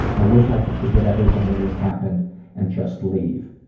i wish i could forget everything that has happened and just leave.